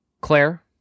Claire